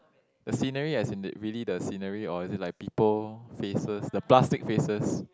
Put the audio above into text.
the scenery as in the really the scenery or is it like people faces the plastic faces